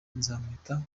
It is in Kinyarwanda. nzamwita